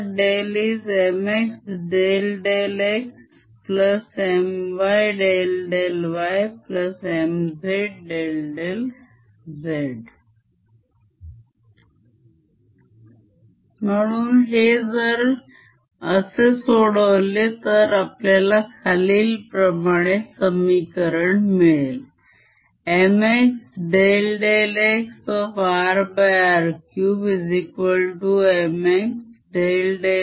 mx∂xmy∂ymz∂z म्हणून हे जर असे सोडवले तर आपल्याला खालील प्रमाणे समीकरण मिळेल